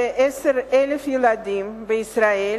10,000 11,000 ילדים בישראל